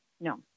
No